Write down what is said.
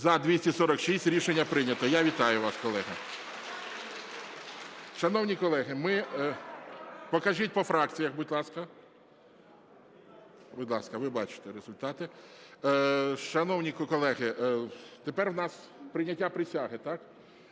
За-246 Рішення прийнято. Я вітаю вас, колеги. Шановні колеги, ми… Покажіть по фракціях, будь ласка. Будь ласка, ви бачите результати. Шановні колеги, тепер у нас прийняття присяги, так?